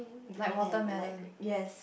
green and light yes